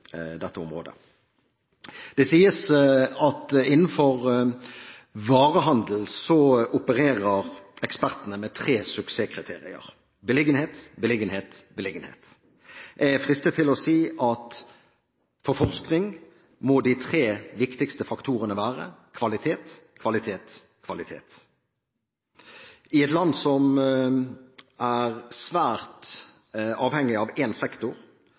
dette området. Innenfor varehandel sies det at ekspertene opererer med tre suksesskriterier: beliggenhet, beliggenhet, beliggenhet. Jeg er fristet til å si at for forskning må de tre viktigste faktorene være: kvalitet, kvalitet, kvalitet. I et land som er svært avhengig av én sektor,